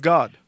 God